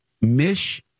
Mish